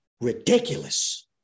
ridiculous